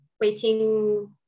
waiting